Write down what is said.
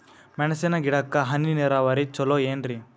ಮೆಣಸಿನ ಗಿಡಕ್ಕ ಹನಿ ನೇರಾವರಿ ಛಲೋ ಏನ್ರಿ?